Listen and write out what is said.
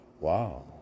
Wow